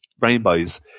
rainbows